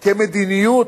כמדיניות,